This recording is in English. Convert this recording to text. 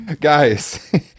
Guys